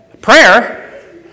prayer